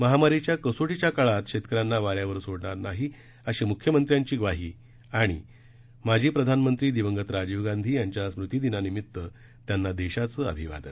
महामारीच्या कसोटीच्या काळात शेतकऱ्यांना वाऱ्यावर सोडणार नाहीअशी मुख्यमंत्र्यांची ग्वाही माजी प्रधानमंत्री दिवंगत राजीव गांधी यांच्या स्मृतिदिनानिमित्त त्यांना देशाचं अभिवादन